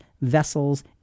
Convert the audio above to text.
vessels